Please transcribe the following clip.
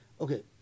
Okay